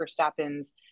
Verstappen's